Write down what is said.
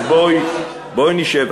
אז בואי נשב.